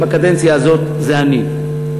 שבקדנציה הזאת זה אני.